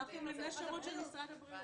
אנחנו נותני שירות של משרד הבריאות.